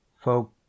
folk